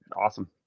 awesome